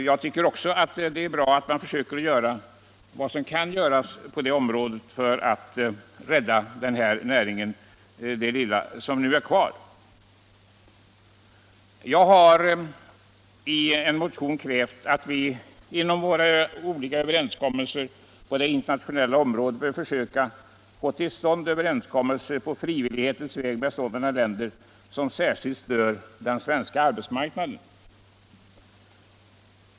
Jag tycker också att det är bra att man försöker göra vad som kan göras för att rädda det lilla som nu är kvar av den här näringen. Jag har i en motion krävt att vi på det internationella området skall försöka få till stånd överenskommelser på frivillighetens väg med sådana länder som särskilt stör den svenska arbetsmarknaden.